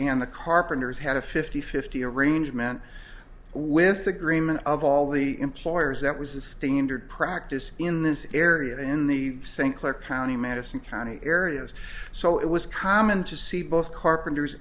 and the carpenters had a fifty fifty arrangement with agreement of all the employers that was the standard practice in this area in the st clair county madison county areas so it was common to see both carpenters